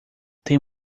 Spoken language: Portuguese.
tem